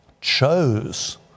chose